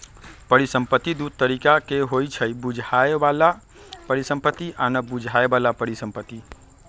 परिसंपत्ति दु तरिका के होइ छइ बुझाय बला परिसंपत्ति आ न बुझाए बला परिसंपत्ति